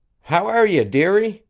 how air ye, dearie?